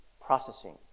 processing